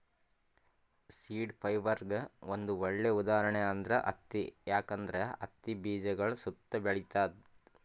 seed ಫೈಬರ್ಗ್ ಒಂದ್ ಒಳ್ಳೆ ಉದಾಹರಣೆ ಅಂದ್ರ ಹತ್ತಿ ಯಾಕಂದ್ರ ಹತ್ತಿ ಬೀಜಗಳ್ ಸುತ್ತಾ ಬೆಳಿತದ್